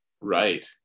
right